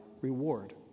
reward